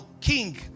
king